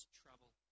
trouble